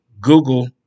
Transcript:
Google